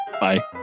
Bye